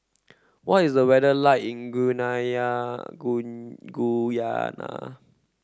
what is the weather like in Guyana